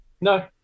No